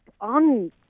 on